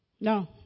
No